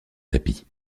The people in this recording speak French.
tapis